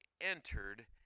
entered